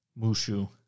Mushu